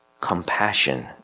compassion